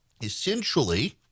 Essentially